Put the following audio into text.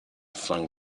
flung